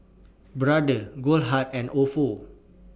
Brother Goldheart and Ofo